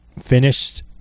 finished